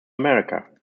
america